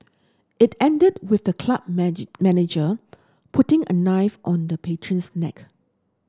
it ended with the club manager putting a knife on the patron's neck